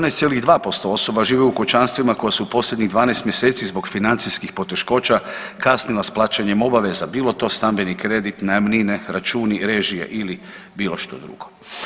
14,2% osoba žive u kućanstvima koja su u posljednjih 12 mjeseci zbog financijskih poteškoća kasnila sa plaćanjem obaveza bilo to stambeni kredit, najamnine, računi, režije ili bilo što drugo.